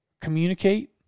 communicate